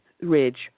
Ridge